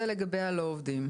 זה לגבי הלא עובדים.